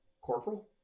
corporal